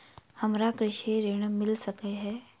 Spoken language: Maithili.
हमरा कृषि ऋण मिल सकै है?